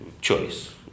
choice